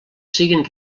siguin